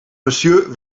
monsieur